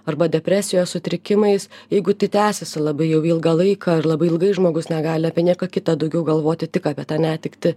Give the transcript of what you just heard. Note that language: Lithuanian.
arba depresijos sutrikimais jeigu tai tęsiasi labai jau ilgą laiką ir labai ilgai žmogus negali apie nieką kitą daugiau galvoti tik apie tą netektį